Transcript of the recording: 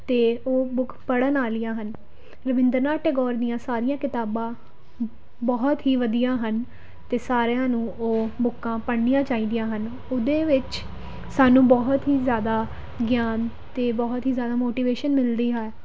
ਅਤੇ ਉਹ ਬੁੱਕ ਪੜ੍ਹਨ ਵਾਲੀਆਂ ਹਨ ਰਵਿੰਦਰ ਨਾਥ ਟੈਗੋਰ ਦੀਆਂ ਸਾਰੀਆਂ ਕਿਤਾਬਾਂ ਬਹੁਤ ਹੀ ਵਧੀਆ ਹਨ ਅਤੇ ਸਾਰਿਆਂ ਨੂੰ ਉਹ ਬੁੱਕਾਂ ਪੜ੍ਹਨੀਆਂ ਚਾਹੀਦੀਆਂ ਹਨ ਉਹਦੇ ਵਿੱਚ ਸਾਨੂੰ ਬਹੁਤ ਹੀ ਜ਼ਿਆਦਾ ਗਿਆਨ ਅਤੇ ਬਹੁਤ ਹੀ ਜ਼ਿਆਦਾ ਮੋਟੀਵੇਸ਼ਨ ਮਿਲਦੀ ਹੈ